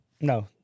No